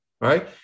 right